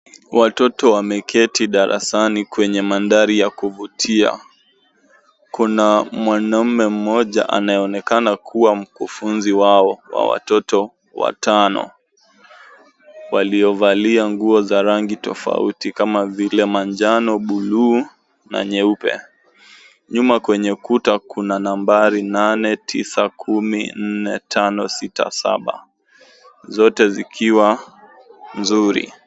Watoto wameketi darasani kwenye mandhari ya kuvutia. Kuna mwanaume mmoja anayeonekana kuwa mkufunzi wao, wa watoto watano, waliovalia nguo za rangi tofauti kama vile manjano, buluu na nyeupe. Nyuma kwenye ukuta, kuna nambari nane, tisa, kumi, nne, tano, sita, saba, zote zikiwa mzuri.